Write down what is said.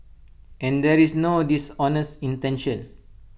and there is no dishonest intention